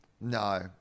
No